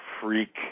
freak